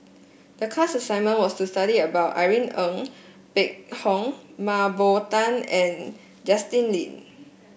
the class assignment was to study about Irene Ng Phek Hoong Mah Bow Tan and Justin Lean